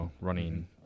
running